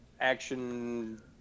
action